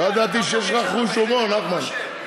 לא ידעתי שיש לך חוש הומור, נחמן.